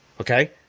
Okay